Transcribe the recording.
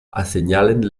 assenyalen